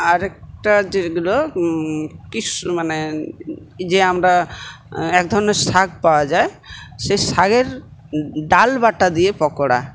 আরেকটা যেগুলো মানে যে আমরা এক ধরনের শাক পাওয়া যায় সেই শাকের ডালবাটা দিয়ে পকোড়া